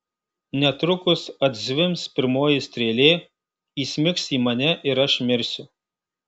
netrukus atzvimbs pirmoji strėlė įsmigs į mane ir aš mirsiu